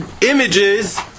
images